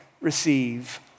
receive